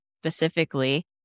specifically